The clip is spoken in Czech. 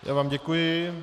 Já vám děkuji.